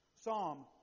Psalm